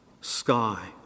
sky